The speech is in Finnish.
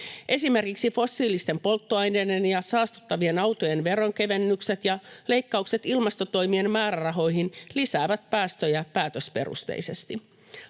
Esimerkiksi fossiilisten polttoaineiden ja saastuttavien autojen veronkevennykset ja leikkaukset ilmastotoimien määrärahoihin lisäävät päästöjä päätösperusteisesti.